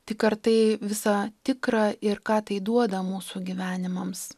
tik ar tai visa tikra ir ką tai duoda mūsų gyvenimams